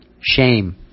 ...shame